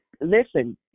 Listen